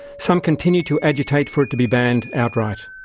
some continue to agitate for it to be banned outright.